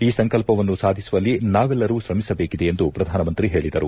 ಈ ಸಂಕಲ್ಪವನ್ನು ಸಾಧಿಸುವಲ್ಲಿ ನಾವೆಲ್ಲರೂ ಶ್ರಮಿಸಬೇಕಿದೆ ಎಂದು ಪ್ರಧಾನಮಂತ್ರಿ ಹೇಳಿದರು